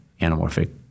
anamorphic